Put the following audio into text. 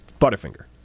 Butterfinger